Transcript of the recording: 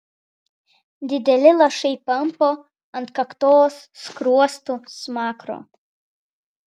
dideli lašai pampo ant kaktos skruostų smakro